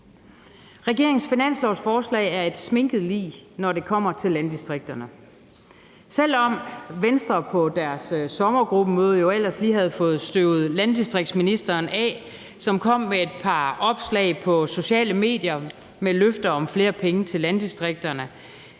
Regeringens finanslovsforslag er et sminket lig, når det kommer til landdistrikterne. Selv om Venstre på deres sommergruppemøde jo ellers lige havde fået støvet landdistriktsministeren af, som kom med et par opslag på sociale medier med løfter om flere penge til landdistrikterne,